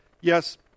yes